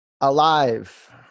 alive